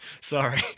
Sorry